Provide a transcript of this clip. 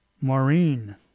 Maureen